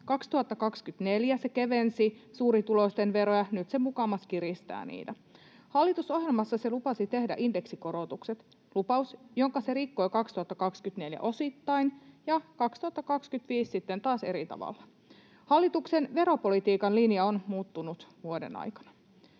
2024 hallitus kevensi suurituloisten veroja, nyt se mukamas kiristää niitä. Hallitusohjelmassa se lupasi tehdä indeksikorotukset — lupaus, jonka se rikkoi 2024 osittain ja 2025 sitten taas eri tavalla. Hallituksen veropolitiikan linja on muuttunut vuoden aikana.